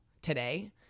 today